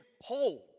hold